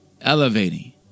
elevating